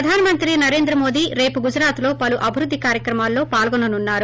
ప్రధానమంత్రి నరేంద్ర మోదీ రేపు గుజురాత్ లో పలు అభివృద్ధి కార్యక్రమాల్లో పాల్గొననున్నారు